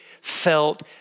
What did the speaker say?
felt